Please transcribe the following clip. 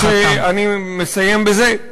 אני מסיים בזה.